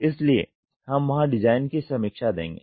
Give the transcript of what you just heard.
इसलिए हम वहां डिज़ाइन की समीक्षा देखेंगे